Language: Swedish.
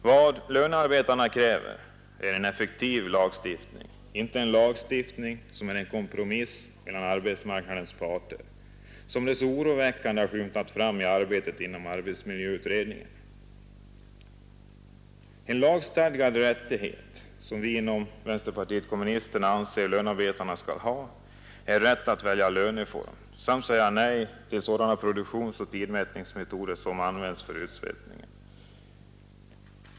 Vad lönearbetarna kräver är en effektiv lagstiftning, inte en lagstift ning som är en kompromiss mellan arbetsmarknadens parter, som det så oroväckande har skymtat fram i arbetet inom arbetsmiljöutredningen. En lagstadgad rättighet som vi inom vpk anser att lönearbetarna skall ha är rätt att välja löneform samt säga nej till sådana produktionsoch tidmätningsmetoder som används för att öka utsvettningen.